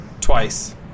Twice